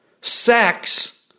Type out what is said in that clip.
sex